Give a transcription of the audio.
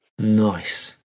Nice